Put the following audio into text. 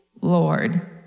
Lord